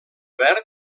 verd